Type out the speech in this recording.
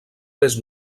més